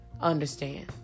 understand